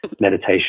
Meditation